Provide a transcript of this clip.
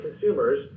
consumers